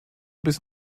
bis